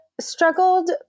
struggled